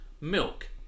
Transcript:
milk